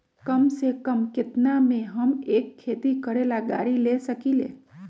कम से कम केतना में हम एक खेती करेला गाड़ी ले सकींले?